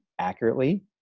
accurately